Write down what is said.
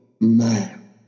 man